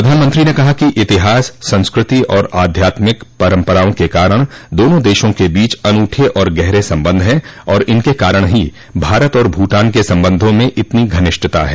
प्रधानमंत्री ने कहा कि इतिहास संस्कृति और आध्यात्मिक परम्पराओं के कारण दोनों देशों के बीच अनूठे और गहरे संबंध हैं और इनके कारण ही भारत और भूटान के संबंधों में इतनी घनिष्ठता है